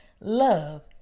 Love